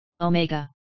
Omega